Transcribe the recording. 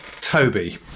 Toby